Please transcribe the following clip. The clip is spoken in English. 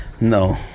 No